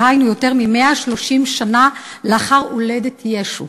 דהיינו יותר מ-130 שנה לאחר הולדת ישו.